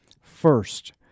first